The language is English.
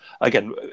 Again